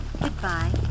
Goodbye